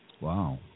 Wow